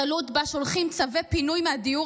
הקלות שבה שולחים צווי פינוי מהדיור